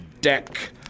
deck